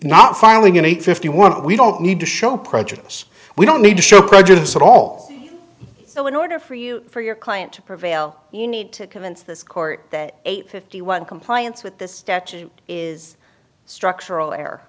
not finally you need fifty one we don't need to show prejudice we don't need to show prejudice at all so in order for you for your client to prevail you need to convince this court that eight fifty one compliance with this statute is structural air